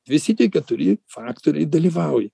visi tie keturi faktoriai dalyvauja